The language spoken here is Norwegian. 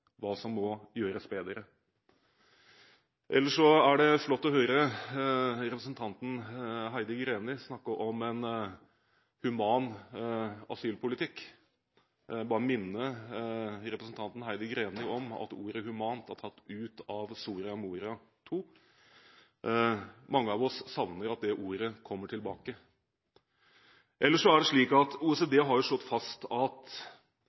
hva som må gjøres bedre. Ellers er det flott å høre representanten Heidi Greni snakke om en human asylpolitikk. Jeg vil bare minne representanten Heidi Greni om at ordet «human» er tatt ut av Soria Moria II. Mange av oss savner det ordet og ønsker at det kommer tilbake. OECD har jo slått fast at